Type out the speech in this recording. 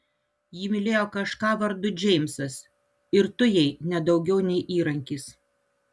ji mylėjo kažką vardu džeimsas ir tu jai ne daugiau nei įrankis